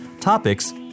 topics